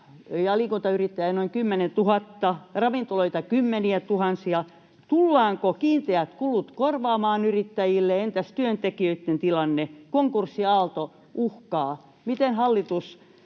ja liikuntayrittäjiä on noin 10 000, ravintoloita kymmeniätuhansia — tullaanko kiinteät kulut korvaamaan yrittäjille, entäs työntekijöitten tilanne? Konkurssiaalto uhkaa. Miten hallitus